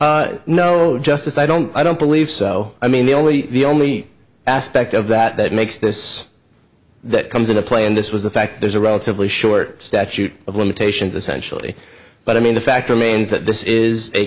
or no justice i don't i don't believe so i mean the only the only aspect of that that makes this that comes into play in this was the fact there's a relatively short statute of limitations essentially but i mean the fact remains that this is a